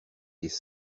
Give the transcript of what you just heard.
des